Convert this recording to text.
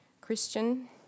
Christian